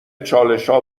چالشها